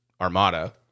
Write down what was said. armada